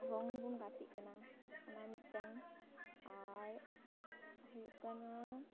ᱨᱚᱝ ᱵᱚᱱ ᱜᱟᱛᱮᱜ ᱠᱟᱱᱟ ᱚᱱᱟ ᱢᱤᱫᱴᱟᱝ ᱟᱨ ᱦᱩᱭᱩᱜ ᱠᱟᱱᱟ